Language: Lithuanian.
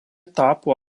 tapo